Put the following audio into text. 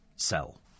Sell